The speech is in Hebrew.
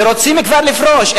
ורוצים כבר לפרוש.